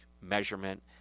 measurement